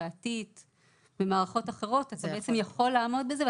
ריאתית ומערכות אחרות אתה בעצם יכול לעמוד בזה,